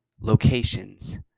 locations